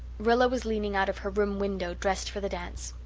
rilla was leaning out of her room window, dressed for the dance.